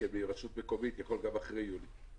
כשאנחנו מדברים על הכשרות בהקשר של סמכויות אנחנו